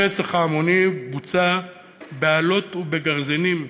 הרצח ההמוני בוצע באלות ובגרזנים,